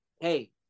Hey